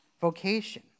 vocation